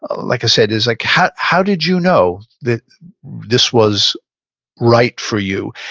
like i said, is like, how how did you know that this was right for you?